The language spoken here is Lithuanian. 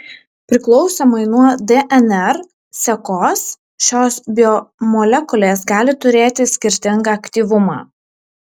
priklausomai nuo dnr sekos šios biomolekulės gali turėti skirtingą aktyvumą